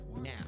now